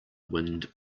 wind